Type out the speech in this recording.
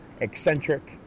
eccentric